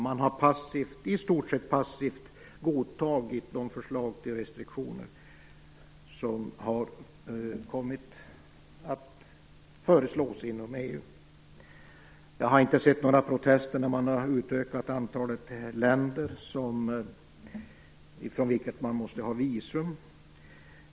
Man har i stort sett passivt godtagit de förslag till restriktioner som har kommit fram inom EU. Jag har inte sett några protester när man har utökat antalet länder som man måste ha visum från.